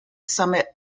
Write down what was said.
summit